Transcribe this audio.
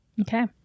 Okay